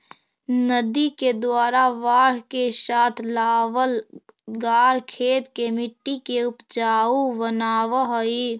नदि के द्वारा बाढ़ के साथ लावल गाद खेत के मट्टी के ऊपजाऊ बनाबऽ हई